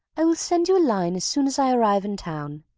i will send you a line as soon as i arrive in town.